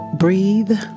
Breathe